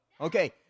Okay